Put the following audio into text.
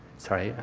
sorry,